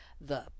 The